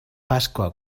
pasqua